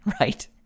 right